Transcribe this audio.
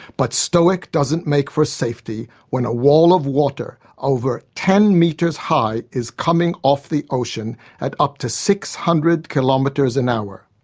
but stoic doesn't make for safety when a wall of water over ten metres high is coming off the ocean at up to six hundred kilometres an hour.